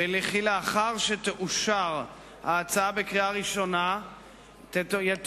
וכי לאחר שתאושר ההצעה בקריאה ראשונה יתואם